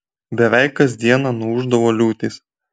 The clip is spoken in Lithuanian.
beveik kas dieną nuūždavo liūtys